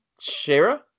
Shara